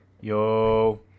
Yo